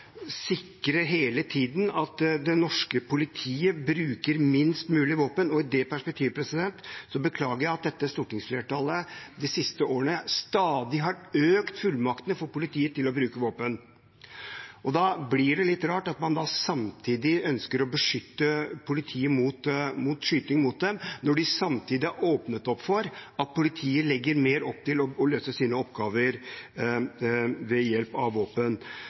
dette stortingsflertallet de siste årene stadig har økt politiets fullmakter til å bruke våpen. Det blir litt rart at man ønsker å beskytte politiet mot å bli skutt på, når man samtidig har åpnet opp for at politiet legger mer opp til å løse sine oppgaver ved hjelp av våpen.